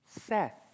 Seth